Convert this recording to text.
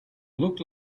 looked